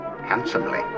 handsomely